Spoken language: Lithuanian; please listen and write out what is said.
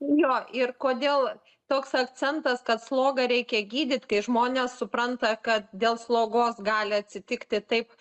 jo ir kodėl toks akcentas kad slogą reikia gydyt kai žmonės supranta kad dėl slogos gali atsitikti taip